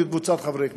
עם קבוצת חברי הכנסת.